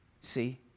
See